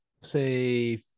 Say